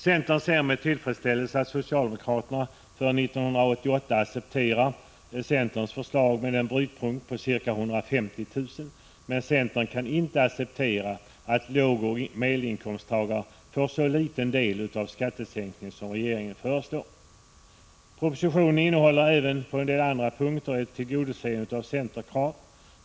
Centern ser med tillfredsställelse att socialdemokraterna för 1988 accepterar centerns förslag med en brytpunkt vid ca 150 000 kr., men centern kan inte acceptera att lågoch medelinkomsttagare får så liten del av skattesänkningen som regeringen föreslår. Propositionen innehåller även på en del andra punkter ett tillgodoseende av centerkrav.